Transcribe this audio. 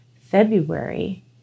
February